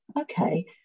okay